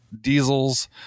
diesels